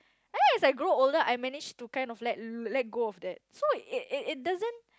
then as I grow older I manage to kind of let let go of that so it it it doesn't